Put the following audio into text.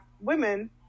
women